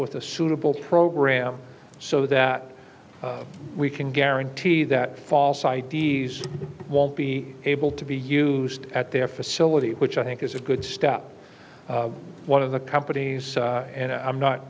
with a suitable program so that we can guarantee that false i d s won't be able to be used at their facility which i think is a good step one of the companies and i'm not